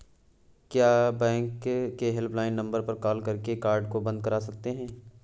क्या बैंक के helpline number पर कॉल करके कार्ड को बंद करा सकते हैं?